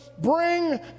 bring